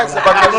בבקשה.